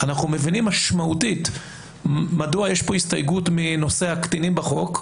אנחנו מבינים משמעותית מדוע יש פה הסתייגות מנושא הקטינים בחוק,